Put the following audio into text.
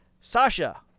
Sasha